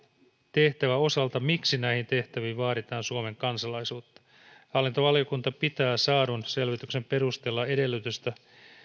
tehtävän osalta miksi näihin tehtäviin vaaditaan suomen kansalaisuutta hallintovaliokunta pitää saadun selvityksen perusteella edellytystä